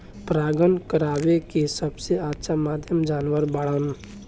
परागण करावेके सबसे अच्छा माध्यम जानवर बाड़न